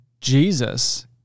Jesus